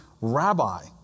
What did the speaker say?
rabbi